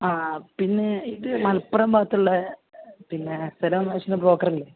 ആ പിന്നെ ഇത് മലപ്പുറം ഭാഗത്ത് ഉള്ള പിന്നെ സ്ഥലം ബ്രോക്കർ അല്ലേ